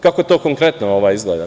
Kako to konkretno izgleda?